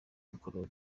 mikorobe